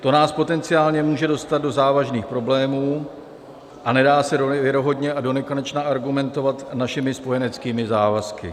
To nás potenciálně může dostat do závažných problémů a nedá se věrohodně a donekonečna argumentovat našimi spojeneckými závazky.